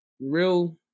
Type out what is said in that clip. real